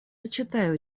зачитаю